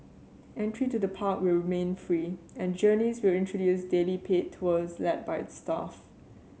entry to the park will remain free and Journeys will introduce daily paid tours led by its staff